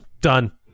done